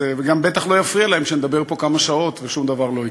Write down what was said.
וגם בטח לא יפריע להם שנדבר פה כמה שעות ושום דבר לא יקרה.